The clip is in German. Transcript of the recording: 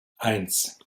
eins